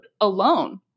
alone